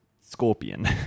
scorpion